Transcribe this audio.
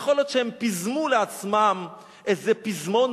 יכול להיות שהם פיזמו לעצמם איזה פזמון